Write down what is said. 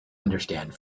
understand